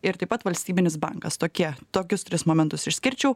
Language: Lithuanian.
ir taip pat valstybinis bankas tokie tokius tris momentus išskirčiau